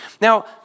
Now